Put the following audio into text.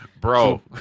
bro